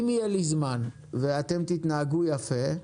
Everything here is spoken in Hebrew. אם יהיה לי זמן ואתם תתנהגו יפה,